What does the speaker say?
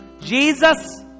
Jesus